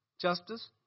justice